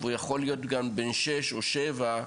והוא יכול להיות גם בן שש או שבע,